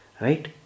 Right